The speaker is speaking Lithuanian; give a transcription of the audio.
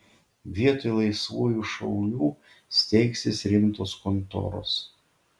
vietoj laisvųjų šaulių steigsis rimtos kontoros